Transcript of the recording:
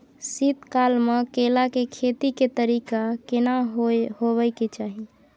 शीत काल म केला के खेती के तरीका केना होबय के चाही?